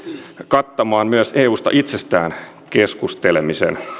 kattamaan myös eusta itsestään keskustelemisen